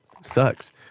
sucks